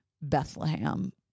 Bethlehem